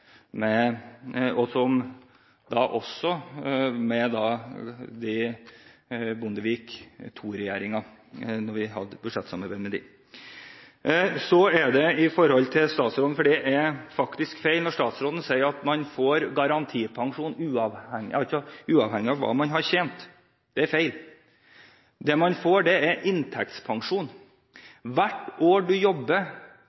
med Bondevik II-regjeringen, da vi hadde budsjettsamarbeid med dem. Så er det faktisk feil når statsråden sier at man får garantipensjon uavhengig av hva man har tjent. Det er feil. Det man får er inntektspensjon. Antall år du jobber kan du gange inntekten din med 18,1 pst. ; det er